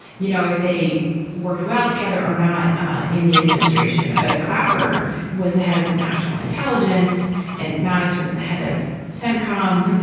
you know if they worked well together or not in the administration ah clapper was the head of national intelligence at mattis was the head of centcom.